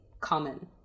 common